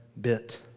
bit